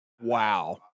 Wow